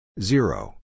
zero